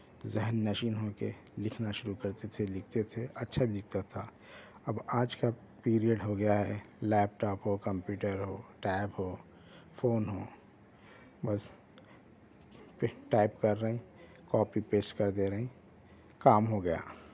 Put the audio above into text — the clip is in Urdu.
ذہن نشین ہو کے لکھنا شروع کرتے تھے لکھتے تھے اچھا لکھتا تھا اب آج کا پیریڈ ہوگیا ہے لیپ ٹاپ ہو کمپیوٹر ہو ٹیب ہو فون ہو بس ٹائپ کر رہے ہیں کاپی پیسٹ کر دے رہے ہیں کام ہو گیا